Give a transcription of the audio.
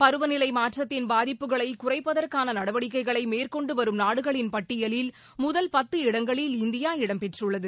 பருவநிலை மாற்றத்தின் பாதிப்புகளை குறைப்பதற்கான நடவடிக்கைகளை மேற்கொண்டு வரும் நாடுகளின் பட்டியலில் முதல் பத்து இடங்களில் இந்தியா இடம் பெற்றுள்ளது